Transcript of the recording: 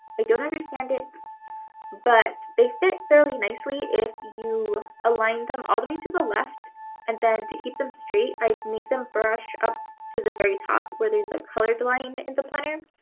i don't understand it but they fit fairly nicely if you align them all the way to the left and then to keep them straight i make them brush up to the very top where there's a colored line in the planner.